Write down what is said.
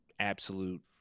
Absolute